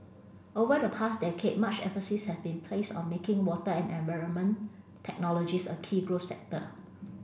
over the past decade much emphasis has been placed on making water and environment technologies a key growth sector